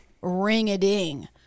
Ring-a-ding